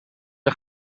een